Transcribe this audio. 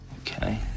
Okay